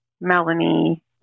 Melanie